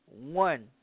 one